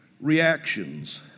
reactions